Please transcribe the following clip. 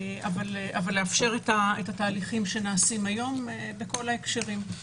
אבל לאפשר את התהליכים שנעשים היום, בכל ההקשרים.